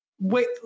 wait